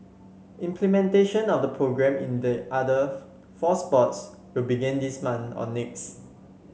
implementation of the programme in the other four sports will begin this month or next